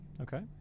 Okay